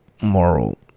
moral